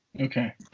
Okay